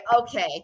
okay